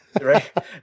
Right